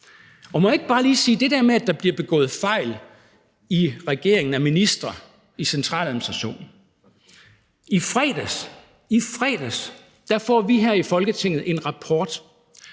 Må jeg ikke bare lige sige til det der med, at der bliver begået fejl i regeringen, af ministre, i centraladministrationen, at vi i fredags – i fredags – her i Folketinget får en rapport,